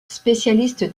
spécialiste